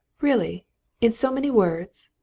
really in so many words?